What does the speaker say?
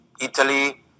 Italy